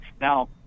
Now